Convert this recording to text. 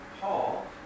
Paul